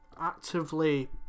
actively